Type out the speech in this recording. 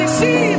see